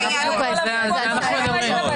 ככל שאנו יכולים ונדרש לנו,